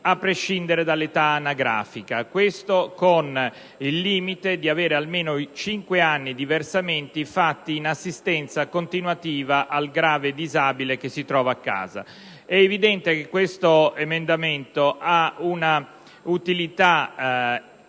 a prescindere dall'età anagrafica, con il limite previsto di almeno cinque anni di versamento fatti in assistenza continuativa al grave disabile che si trova a casa. È evidente che questo emendamento ha un'utilità chiara